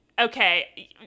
okay